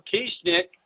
Keishnick